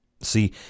See